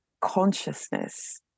consciousness